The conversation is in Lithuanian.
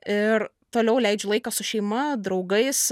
ir toliau leidžiu laiką su šeima draugais